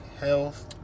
health